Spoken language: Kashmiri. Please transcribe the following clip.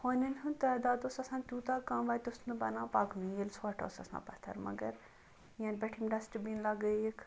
ہونٮ۪ن ہُنٛد تعداد اوس آسان تیوٗتاہ کم اَتہِ اوس نہٕ بَنان پَکنُے ییٚلہِ ژھوٚٹھ اوس آسان پَتھَر مگر یَنہٕ پیٚٹھ یِم ڈَسبیٖن لَگٲیِکھ